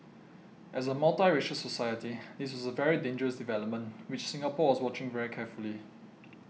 as a multiracial society this was a very dangerous development which Singapore was watching very carefully